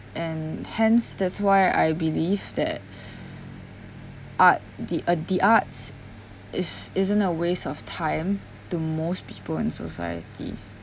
and hence that's why I believe that art the uh the arts is isn't a waste of time to most people in society